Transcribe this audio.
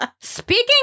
Speaking